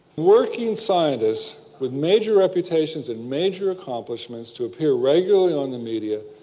working scientists with major reputations and major accomplishments to appear regularly on the media,